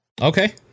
okay